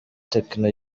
tecno